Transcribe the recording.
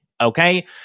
okay